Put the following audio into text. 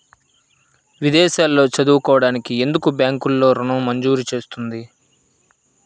విదేశాల్లో చదువుకోవడానికి ఎందుకు బ్యాంక్లలో ఋణం మంజూరు చేస్తుంది?